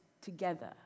together